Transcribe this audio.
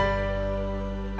and